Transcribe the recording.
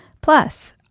Plus